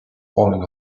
falling